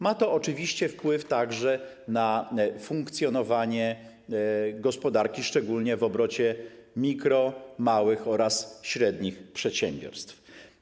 Ma to oczywiście wpływ także na funkcjonowanie gospodarki, szczególnie w obrocie mikro-, małych oraz średnich przedsiębiorstw.